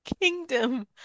kingdom